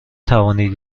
توانید